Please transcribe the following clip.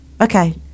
Okay